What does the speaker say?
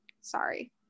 sorry